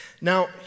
Now